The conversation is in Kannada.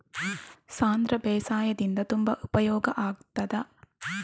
ಸಾಂಧ್ರ ಬೇಸಾಯದಿಂದ ತುಂಬಾ ಉಪಯೋಗ ಆಗುತ್ತದಾ?